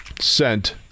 sent